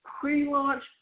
pre-launch